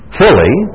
fully